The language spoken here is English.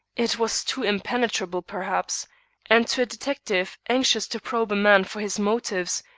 it was too impenetrable perhaps and to a detective anxious to probe a man for his motives,